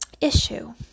issue